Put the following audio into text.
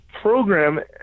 program